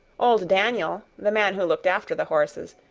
old daniel, the man who looked after the horses,